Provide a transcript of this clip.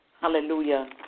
Hallelujah